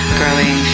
growing